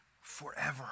forever